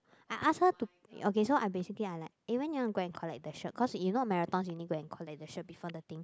I ask her to okay so I basically I like eh when you want to go and collect the shirt cause you know marathons you need go and collect the shirt before the thing